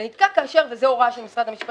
זה נתקע כאשר וזו הוראה של משרד המשפטים,